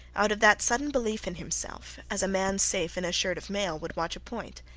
out of that sudden belief in himself, as a man safe in a shirt of mail would watch a point.